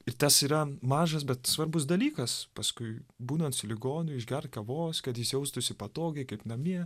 ir tas yra mažas bet svarbus dalykas paskui būnant su ligoniu išgert kavos kad jis jaustųsi patogiai kaip namie